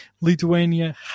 Lithuania